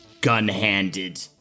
gun-handed